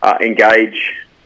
engage